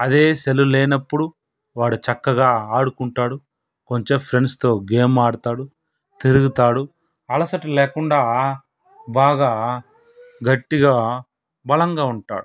అదే సెల్లుల్లేనప్పుడు వాడు చక్కగా ఆడుకుంటాడు కొంచెం ఫ్రెండ్స్తో గేమ్ ఆడుతాడు తిరుగుతాడు అలసట లేకుండా బాగా గట్టిగా బలంగా ఉంటాడు